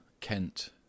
Kent